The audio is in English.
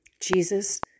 Jesus